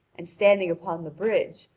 and standing upon the bridge,